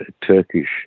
Turkish